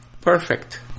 perfect